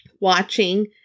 watching